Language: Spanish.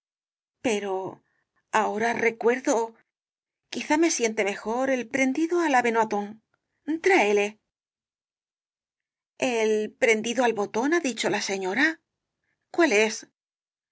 pero ahora recuerdo quizá me siente mejor el prendido á la benoiton tráele el prendido al botón ha dicho la señora cuál es